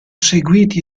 seguiti